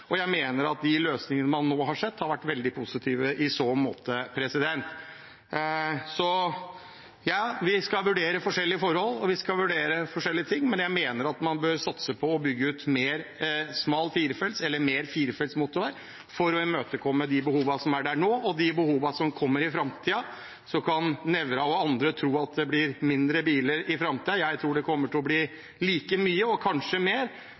Jeg mener at de løsningene man nå har sett, har vært veldig positive i så måte. Ja, vi skal vurdere forskjellige forhold, vi skal vurdere forskjellige ting, men jeg mener at man bør satse på å bygge ut mer smal firefelts eller mer firefelts motorvei for å imøtekomme de behovene som er nå, og de behovene som kommer i framtiden. Så kan representanten Nævra og andre tro at det blir færre biler i framtiden – jeg tror det kommer til å bli like mange, og kanskje